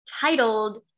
titled